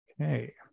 Okay